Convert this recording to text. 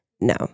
No